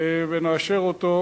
ונאשר אותו,